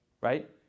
right